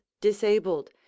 disabled